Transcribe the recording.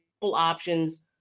options